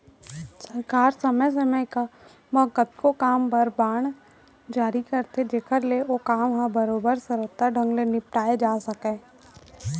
सरकार समे समे म कतको काम बर बांड जारी करथे जेकर ले ओ काम ह बरोबर सरोत्तर ढंग ले निपटाए जा सकय